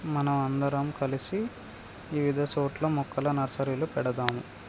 మనం అందరం కలిసి ఇవిధ సోట్ల మొక్కల నర్సరీలు పెడదాము